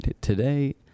Today